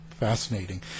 Fascinating